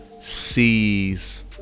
sees